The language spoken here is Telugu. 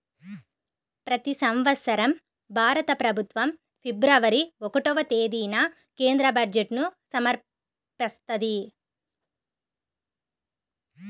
ప్రతి సంవత్సరం భారత ప్రభుత్వం ఫిబ్రవరి ఒకటవ తేదీన కేంద్ర బడ్జెట్ను సమర్పిస్తది